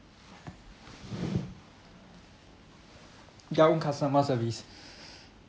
dumb customer service